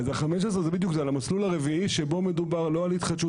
אז ה-15 זה על המסלול הרביעי שבו מדובר לא על התחדשות